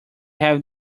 have